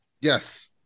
yes